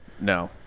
no